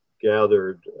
gathered